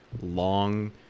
long